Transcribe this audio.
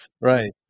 Right